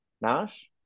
Nash